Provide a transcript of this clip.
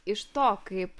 iš to kaip